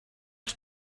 els